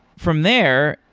from there,